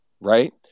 right